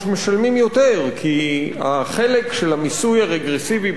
כי החלק של המיסוי הרגרסיבי בהכנסותיהם הוא הרבה יותר